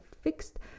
fixed